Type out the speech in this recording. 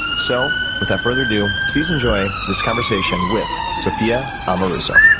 so without further ado, please enjoy this conversation with sophia amoruso.